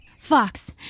Fox